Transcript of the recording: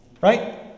Right